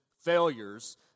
failures